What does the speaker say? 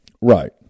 Right